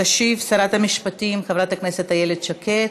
תשיב שרת המשפטים, חברת הכנסת איילת שקד.